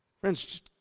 Friends